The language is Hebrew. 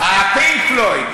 ה"פינק פלויד".